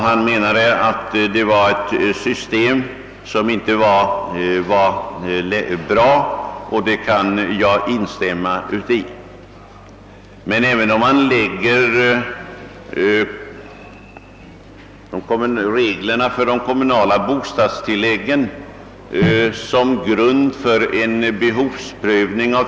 Han ansåg att detta system inte är bra och jag kan instämma däri.